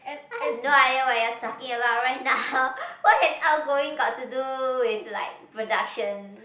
I have no idea what you are taking about right now what has outgoing got to do with like production